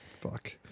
Fuck